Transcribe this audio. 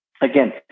Again